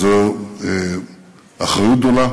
זו אחריות גדולה